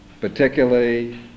Particularly